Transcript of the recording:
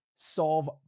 solve